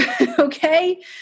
Okay